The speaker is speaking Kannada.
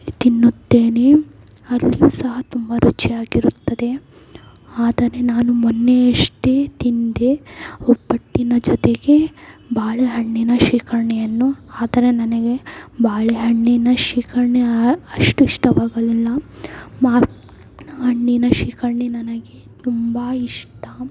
ತಿನ್ನುತ್ತೇನೆ ಅಲ್ಲಿಯೂ ಸಹ ತುಂಬ ರುಚಿಯಾಗಿರುತ್ತದೆ ಆದರೆ ನಾನು ಮೊನ್ನೆಯಷ್ಟೆ ತಿಂದೆ ಒಬ್ಬಟ್ಟಿನ ಜೊತೆಗೆ ಬಾಳೆಹಣ್ಣಿನ ಶ್ರೀಕರ್ಣಿಯನ್ನು ಆದರೆ ನನಗೆ ಬಾಳೆಹಣ್ಣಿನ ಶ್ರೀಕರ್ಣಿ ಅಷ್ಟು ಇಷ್ಟವಾಗಲಿಲ್ಲ ಮಾವಿನ ಹಣ್ಣಿನ ಶ್ರೀಕರ್ಣಿ ನನಗೆ ತುಂಬ ಇಷ್ಟ